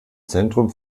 zentrum